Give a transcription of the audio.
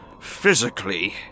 physically